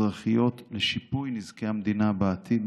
אזרחיות לשיפוי נזקי המדינה בעתיד,